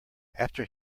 after